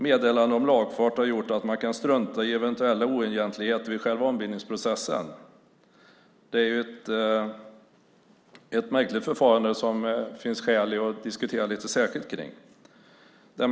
Meddelande om lagfart har gjort att man kan strunta i eventuella oegentligheter vid själva ombildningsprocessen. Det är ett märkligt förfarande som det finns skäl att särskilt diskutera.